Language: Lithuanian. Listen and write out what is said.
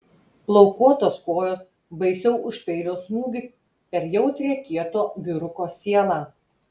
plaukuotos kojos baisiau už peilio smūgį per jautrią kieto vyruko sielą